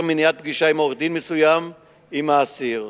מניעת פגישה של עורך-דין מסוים עם אסיר,